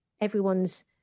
everyone's